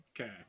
okay